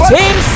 Team